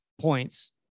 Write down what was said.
points